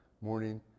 morning